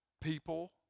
people